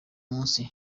musi